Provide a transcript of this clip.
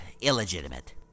illegitimate